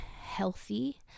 healthy